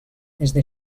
desde